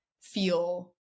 feel